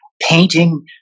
painting